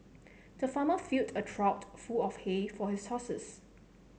the farmer filled a trough full of hay for his horses